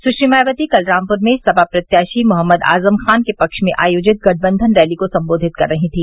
सुश्री मायावती कल रामपुर में सपा प्रत्याशी मोहम्मद आजम खान के पक्ष में आयोजित गठबंधन रैली को संबोधित कर रही थी